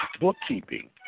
Bookkeeping